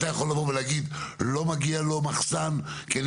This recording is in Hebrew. אתה יכול לבוא ולהגיד: לא מגיע לו מחסן כי אני